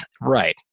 Right